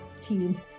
team